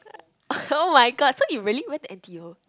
[oh]-my-god so you really went to N_T_U